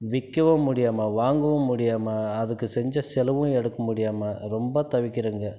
விற்கவும் முடியாமல் வாங்கவும் முடியாமல் அதுக்கு செஞ்ச செலவும் எடுக்க முடியாமல் ரொம்ப தவிக்கிறோங்க